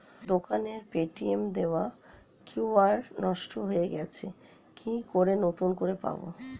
দোকানের পেটিএম এর দেওয়া কিউ.আর নষ্ট হয়ে গেছে কি করে নতুন করে পাবো?